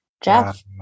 Jeff